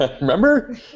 Remember